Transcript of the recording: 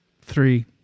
Three